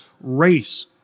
race